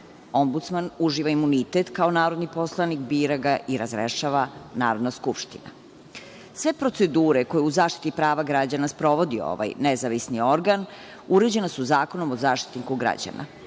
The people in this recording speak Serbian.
Ombudsman uživa imunitet, kao narodni poslanik bira ga i razrešava Narodna skupština. Sve procedure koje u zaštiti prava građana sprovodi ovaj nezavisni organ, uređena su Zakonom o Zaštitniku građana.